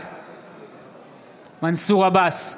בעד מנסור עבאס,